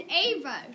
Ava